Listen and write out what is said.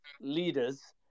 leaders